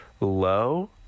low